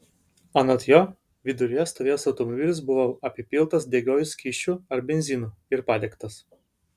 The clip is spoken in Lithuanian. anot jo viduryje stovėjęs automobilis buvo apipiltas degiuoju skysčiu ar benzinu ir padegtas